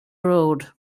road